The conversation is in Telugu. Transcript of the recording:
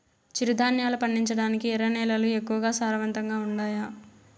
చిరుధాన్యాలు పండించటానికి ఎర్ర నేలలు ఎక్కువగా సారవంతంగా ఉండాయా